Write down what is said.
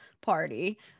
party